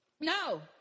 no